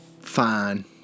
Fine